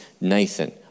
Nathan